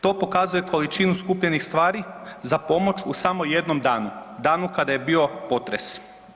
To pokazuje količinu skupljenih stvari za pomoć u samo jednom danu, danu kada je bio potres.